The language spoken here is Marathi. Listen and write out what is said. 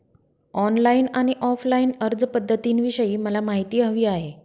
ऑनलाईन आणि ऑफलाईन अर्जपध्दतींविषयी मला माहिती हवी आहे